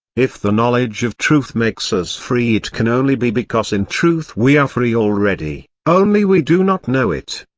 if the knowledge of truth makes us free it can only be because in truth we are free already, only we do not know it.